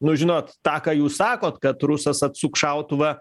nu žinot tą ką jūs sakot kad rusas atsuks šautuvą